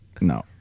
No